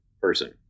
person